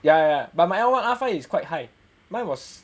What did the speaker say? ya ya ya but my l one r five is quite high mine was